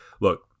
look